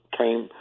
came